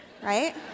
right